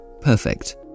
perfect